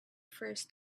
first